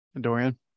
Dorian